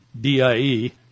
D-I-E